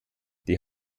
die